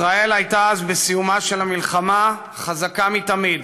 ישראל הייתה אז, בסיומה של המלחמה, חזקה מתמיד,